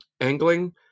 angling